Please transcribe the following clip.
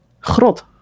Grot